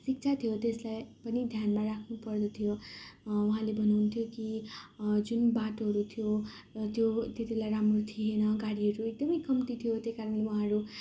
शिक्षा थियो त्यसलाई पनि ध्यानमा राख्नुपर्दथ्यो उहाँले भन्नुहुन्थ्यो कि जुन बाटोहरू थियो त्यो त्यति बेला राम्रो थिएन गाडीहरू एकदमै कम्ती थियो त्यही कारणले उहाँहरू